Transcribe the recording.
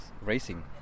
racing